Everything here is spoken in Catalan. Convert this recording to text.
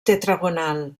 tetragonal